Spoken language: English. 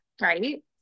Right